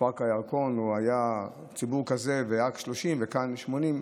בפארק הירקון היה ציבור כזה ורק 30,000 וכאן 80,000?